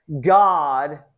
God